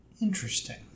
Interesting